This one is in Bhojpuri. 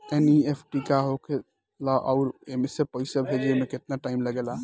एन.ई.एफ.टी का होखे ला आउर एसे पैसा भेजे मे केतना टाइम लागेला?